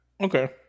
okay